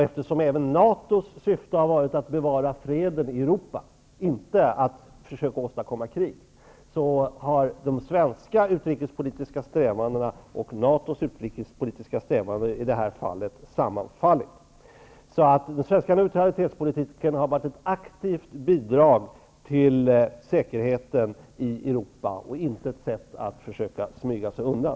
Eftersom även NATO:s syfte har varit att bevara freden i Europa -- inte att försöka åstadkomma krig -- har de svenska utrikespolitiska strävandena och NATO:s utrikespolitiska strävanden i detta fall sammanfallit. Den svenska neutralitetspolitiken har varit ett aktivt bidrag till säkerheten i Europa och inte ett sätt för Sverige att försöka smyga sig undan.